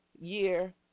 year